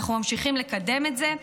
אנחנו ממשיכים לקדם את זה.